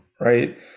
right